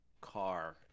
car